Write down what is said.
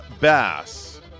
Bass